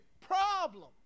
problem